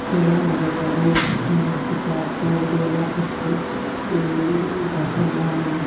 ಕೇರಳ ಹೋಗಬೇಕಾದ್ರೆ ಸಿಕ್ಕಾಪಟ್ಟೆ ಇದೆಲ್ಲ ಕುಸಿದು ಬಸ್ ಎಲ್ಲ